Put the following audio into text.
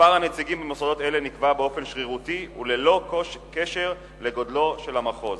מספר הנציגים במוסדות אלה נקבע באופן שרירותי וללא קשר לגודלו של המחוז.